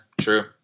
true